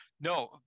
no